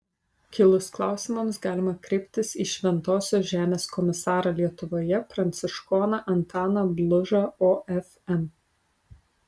kilus klausimams galima kreiptis į šventosios žemės komisarą lietuvoje pranciškoną antaną blužą ofm